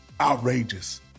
outrageous